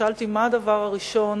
שאלתי: מה הדבר הראשון